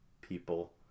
people